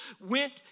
went